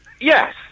Yes